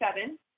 seven